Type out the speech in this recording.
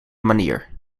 manier